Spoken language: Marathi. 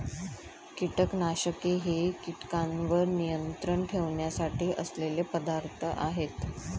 कीटकनाशके हे कीटकांवर नियंत्रण ठेवण्यासाठी असलेले पदार्थ आहेत